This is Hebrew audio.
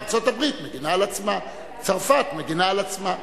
ארצות-הברית מגינה על עצמה, צרפת מגינה על עצמה.